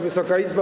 Wysoka Izbo!